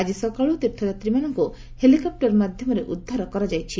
ଆଜି ସକାଳୁ ତୀର୍ଥ ଯାତ୍ରୀମାନଙ୍କୁ ହେଲିକପୁର ମାଧ୍ୟମରେ ଉଦ୍ଧାର କରାଯାଇଛି